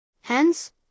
Hence